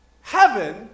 heaven